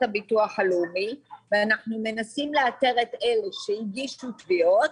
הביטוח הלאומי ואנחנו מנסים לאתר את אלו שהגישו תביעות,